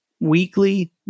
weekly